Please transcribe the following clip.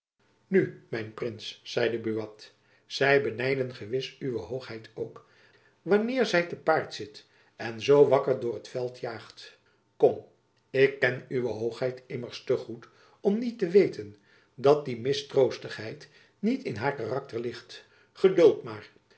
nu mijn prins zeide buat zy benijden gewis uwe hoogheid ook wanneer zy te paard zit en zoo wakker door t veld jaagt kom ik ken uwe hoogheid immers te goed om niet te weten dat die mistroostigheid niet in haar karakter ligt geduld maar